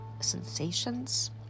sensations